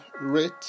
rate